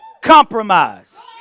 compromise